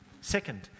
Second